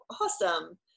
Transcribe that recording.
Awesome